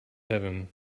heaven